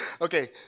Okay